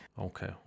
okay